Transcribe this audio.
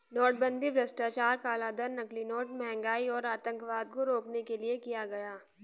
नोटबंदी भ्रष्टाचार, कालाधन, नकली नोट, महंगाई और आतंकवाद को रोकने के लिए किया गया